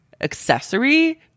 accessory